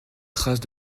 traces